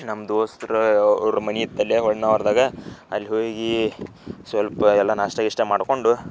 ನಮ್ಮ ದೋಸ್ತ್ರ ಅವ್ರ ಮನೆ ಇತ್ತು ಅಲ್ಲಿ ಹೊನ್ನಾವರದಾಗ ಅಲ್ಲಿ ಹೋಗಿ ಸೊಲ್ಪ ಎಲ್ಲ ನಾಷ್ಟ ಗೀಷ್ಟ ಮಾಡ್ಕೊಂಡು